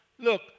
Look